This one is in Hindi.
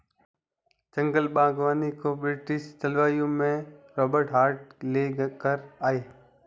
जंगल बागवानी को ब्रिटिश जलवायु में रोबर्ट हार्ट ले कर आये